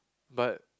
but